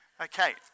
Okay